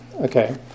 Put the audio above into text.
Okay